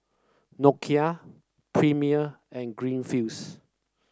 Nokia Premier and Greenfields